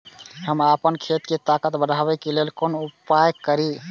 हम आपन खेत के ताकत बढ़ाय के लेल कोन उपाय करिए?